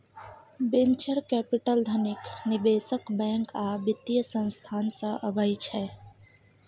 venture capital धनिक निबेशक, bank या बित्तीय संस्थान सँ अबै छै